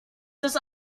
das